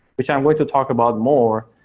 which i'm going to talk about more.